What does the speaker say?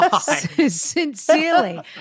Sincerely